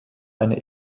eine